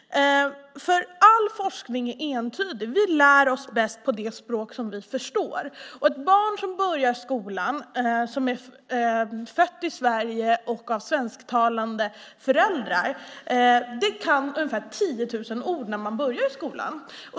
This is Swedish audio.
All forskning är entydig: Vi lär oss bäst på det språk som vi förstår. Ett barn som har fötts i Sverige av svensktalande föräldrar kan ungefär 10 000 ord när det börjar skolan.